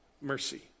mercy